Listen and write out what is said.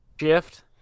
Shift